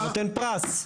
אתה נותן פרס.